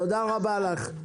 תודה רבה לך.